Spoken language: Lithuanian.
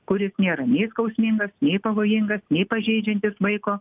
kuris nėra nei skausmingas jei pavojingas nei pažeidžiantis vaiko